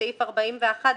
בסעיף 41,